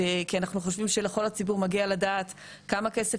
כי אנחנו חושבים שלכל הציבור מגיע לדעת כמה כסף